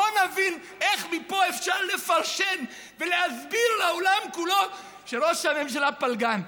בואו נבין איך מפה אפשר לפרשן ולהסביר לעולם כולו שראש הממשלה פלגן.